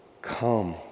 Come